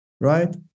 Right